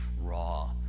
raw